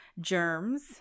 germs